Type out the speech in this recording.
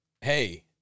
hey